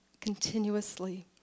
continuously